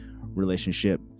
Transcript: relationship